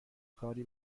کاری